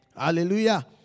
Hallelujah